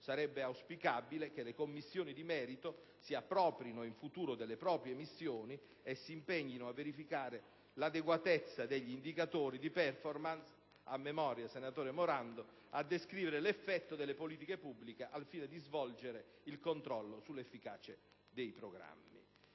È auspicabile che le Commissioni di merito «si approprino» in futuro delle proprie missioni e si impegnino a verificare l'adeguatezza degli indicatori di *performance* - a memoria, senatore Morando - a descrivere l'effetto delle politiche pubbliche al fine di svolgere il controllo sull'efficacia dei programmi.